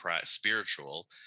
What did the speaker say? spiritual